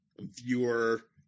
viewer